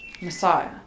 messiah